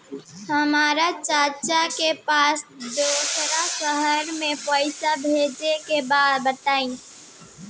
हमरा चाचा के पास दोसरा शहर में पईसा भेजे के बा बताई?